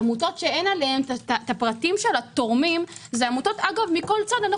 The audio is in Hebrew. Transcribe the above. עמותות שאין עליהן את הפרטים של התורמים - מכל צד,